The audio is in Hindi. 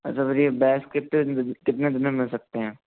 अच्छा फिर ये बैग कितने में कितने दिन में मिल सकते हैं